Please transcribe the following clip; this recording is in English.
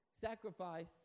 Sacrifice